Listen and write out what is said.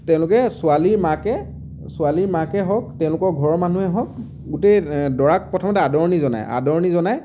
তেওঁলোকে ছোৱালীৰ মাকে ছোৱালীৰ মাকে হওক তেওঁলোকেৰ ঘৰৰ মানুহে হওক গোটেই দৰাক প্ৰথমতে আদৰণি জনায় আদৰণি জনাই